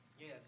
Yes